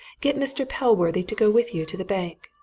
get mr. pellworthy to go with you to the bank.